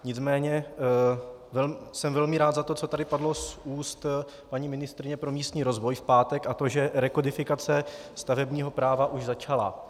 Nicméně jsem velmi rád za to, co tady padlo z úst paní ministryně pro místní rozvoj v pátek, a to že rekodifikace stavebního práva už začala.